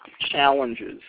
challenges